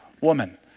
woman